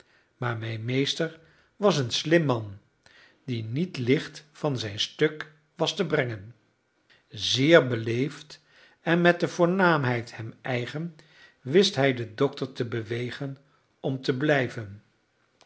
maar mijn meester was een slim man die niet licht van zijn stuk was te brengen zeer beleefd en met de voornaamheid hem eigen wist hij den dokter te bewegen om te blijven